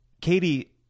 Katie